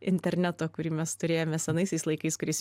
internetą kurį mes turėjome senaisiais laikais kuris